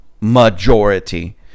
majority